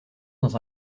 dans